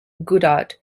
goddard